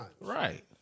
Right